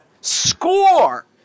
score